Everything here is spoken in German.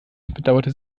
bedauerte